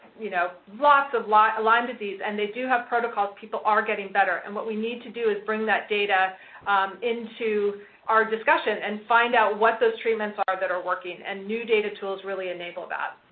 you know lots of lyme lyme disease. and they do have protocols people are getting better. and what we need to do is bring that data into our discussion and find out what those treatments are that are working, and new data tools really enable that.